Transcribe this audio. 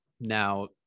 Now